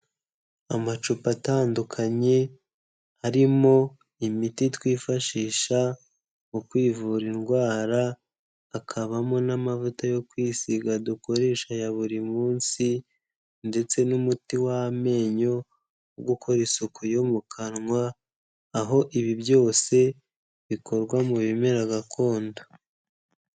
Amacupa atandukanye harimo imiti twifashisha mu kwivura indwara, hakabamo n'amavuta yo kwisiga dukoresha ya buri munsi, ndetse n'umuti w'amenyo wo gukora isuku yo mu kanwa, aho ibi byose bikorwa mu bimera gakondo.